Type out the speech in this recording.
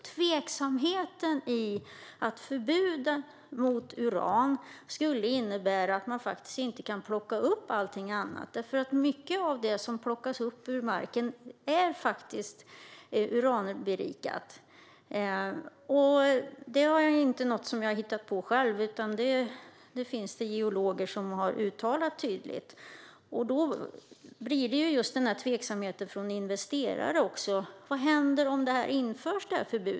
Tveksamheten mot förbud mot uranbrytning har att göra med att det skulle innebära att man faktiskt inte kunde plocka upp annat heller, eftersom mycket av det som plockas upp ur marken faktiskt är uranberikat. Det är inte något som jag har hittat på själv, utan det finns geologer som tydligt har uttalat det. Då blir det också en tveksamhet från investerare. Vad händer om det här förbudet införs?